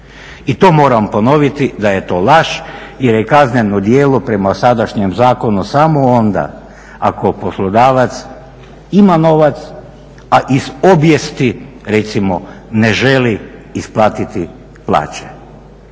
i to moram ponoviti da je to laž jer je kazneno djelo prema sadašnjem zakonu samo onda ako poslodavac ima novac, a iz obijesti recimo ne želi isplatiti plaće.